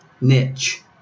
niche